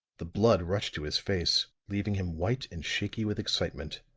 the blood rushed to his face, leaving him white and shaky with excitement.